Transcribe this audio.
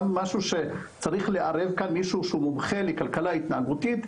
צריך גם לערב כאן מישהו שמומחה לכלכלה התנהגותית,